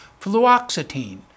fluoxetine